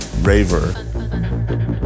raver